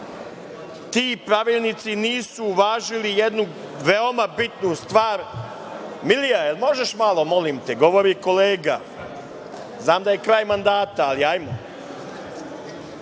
Ti pravilnici nisu uvažili jednu veoma bitnu stvar…Milija, jel možeš malo molim te, govori kolega. Znam da je kraj mandata, ali